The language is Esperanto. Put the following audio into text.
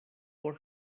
por